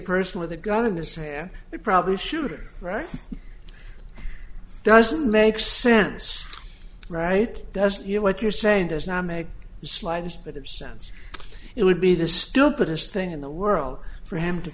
person with a gun in the se would probably shoot right doesn't make sense right does you know what you're saying does not make the slightest bit of sense it would be the stupidest thing in the world for him to